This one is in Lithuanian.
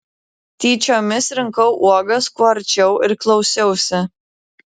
tyčiomis rinkau uogas kuo arčiau ir klausiausi